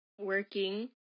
working